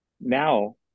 Now